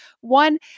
One